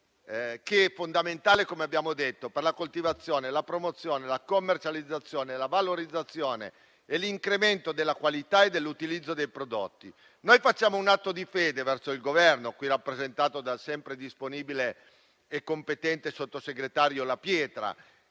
abbiamo detto - per la coltivazione, la promozione, la commercializzazione, la valorizzazione e l'incremento della qualità e dell'utilizzo dei prodotti. Noi compiamo un atto di fede verso il Governo, qui rappresentato dal sempre disponibile e competente sottosegretario La Pietra,